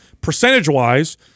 percentage-wise